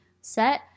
set